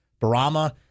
Barama